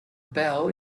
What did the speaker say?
bel